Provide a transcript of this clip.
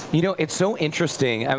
you know, it's so interesting. and